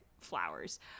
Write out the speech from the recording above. flowers